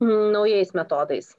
nau naujais metodais